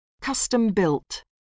custom-built